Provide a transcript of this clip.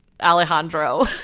Alejandro